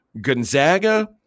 Gonzaga